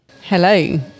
Hello